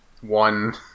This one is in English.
One